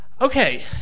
Okay